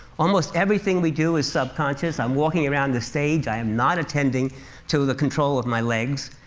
almost everything we do is subconscious. i'm walking around the stage i'm not attending to the control of my legs.